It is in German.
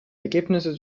ergebnisse